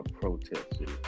protesters